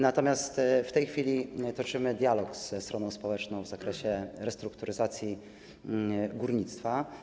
Natomiast w tej chwili toczymy dialog ze stroną społeczną na temat restrukturyzacji górnictwa.